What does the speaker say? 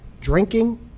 drinking